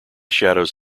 shadows